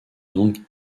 langues